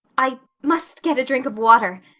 i must get a drink of water,